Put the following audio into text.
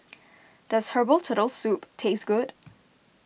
does Herbal Turtle Soup taste good